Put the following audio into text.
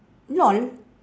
lol